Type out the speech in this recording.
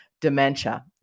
dementia